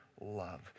love